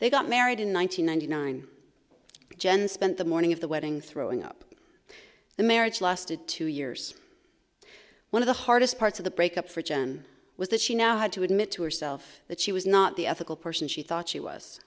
they got married in one thousand nine hundred nine jen spent the morning of the wedding throwing up the marriage lasted two years one of the hardest parts of the breakup for jen was that she now had to admit to herself that she was not the ethical person she thought she was